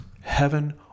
heaven